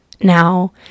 now